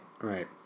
Right